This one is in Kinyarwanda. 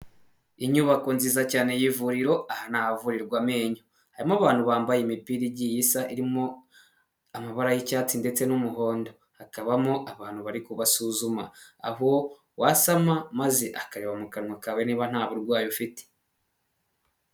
Inyubako nziza cyane y'ivuriro aha ni ahavurirwa amenyo, harimo abantu bambaye imipira igiye isa irimo amabara y'icyatsi ndetse n'umuhondo, hakabamo abantu bari kubasuzuma aho, wasama maze akareba mu kanwa kawe niba nta burwayi ufite.